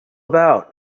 about